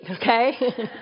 okay